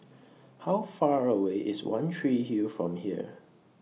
How Far away IS one Tree Hill from here